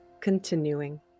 continuing